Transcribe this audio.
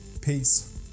Peace